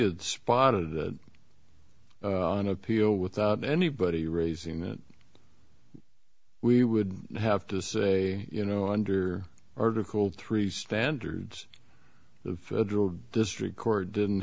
had spotted an appeal without anybody raising that we would have to say you know under article three standards of federal district court didn't